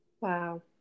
Wow